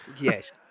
Yes